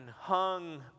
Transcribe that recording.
hung